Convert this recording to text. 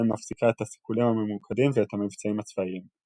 מפסיקה את הסיכולים הממוקדים ואת המבצעים הצבאיים.